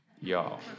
Y'all